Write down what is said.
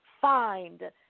find